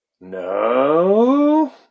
No